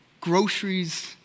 groceries